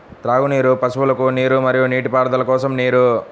త్రాగునీరు, పశువులకు నీరు మరియు నీటిపారుదల కోసం నీరు